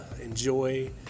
enjoy